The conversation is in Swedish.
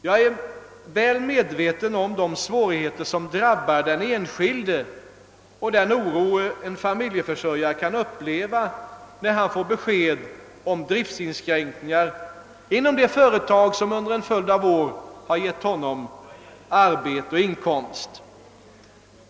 Jag är väl medveten om de svårigheter som drabbar den enskilde och den oro en familjeförsörjare kan uppleva när han får besked om driftinskränkningar inom det företag som under en följd av år har givit honom arbete och inkomst.